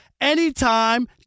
anytime